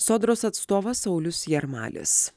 sodros atstovas saulius jarmalis